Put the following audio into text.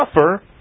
suffer